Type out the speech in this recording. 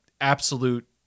absolute